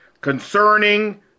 concerning